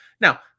Now